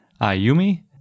Ayumi